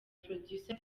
producer